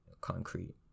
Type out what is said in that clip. concrete